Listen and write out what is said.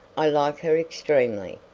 i like her extremely.